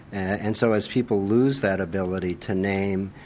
and so as people lose that ability to name,